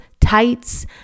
tights